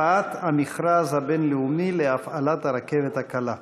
הקפאת המכרז הבין-לאומי להפעלת הרכבת הקלה.